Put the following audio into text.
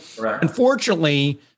unfortunately-